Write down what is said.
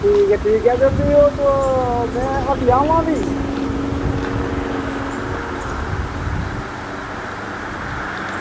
ठीक ऐ ठीक ऐ ते भी ओह् में हट्टिया आमां भी